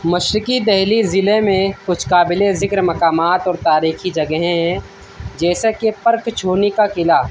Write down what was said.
مشرقی دہلی ضلعے میں کچھ کابل ذکر مکامات اور تاریخی جگہیں ہیں جیسا کہ پرک چھونے کا قلعہ